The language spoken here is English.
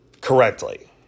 correctly